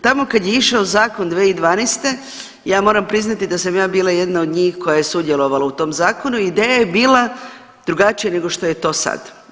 Tamo kad je išao zakon 2012. ja moram priznati da sam ja bila jedna od njih koja je sudjelovala u tom zakonu, ideja je bila drugačija nego što je to sad.